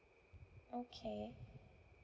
okay